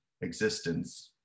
existence